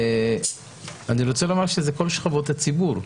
זה נעשה על כל שכבות הציבור,